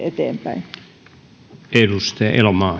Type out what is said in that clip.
eteenpäin arvoisa